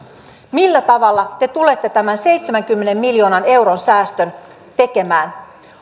millä tavalla te tulette tämän seitsemänkymmenen miljoonan euron säästön tekemään